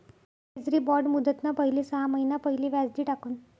treasury bond मुदतना पहिले सहा महिना पहिले व्याज दि टाकण